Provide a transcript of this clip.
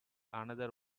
another